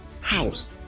house